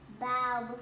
Bow